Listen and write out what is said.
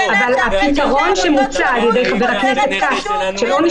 אבל הפתרון שמוצע על ידי חבר הכנסת כץ של עונש